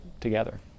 together